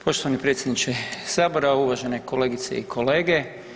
Poštovani predsjedniče Sabora, uvažene kolegice i kolege.